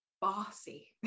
bossy